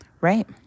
right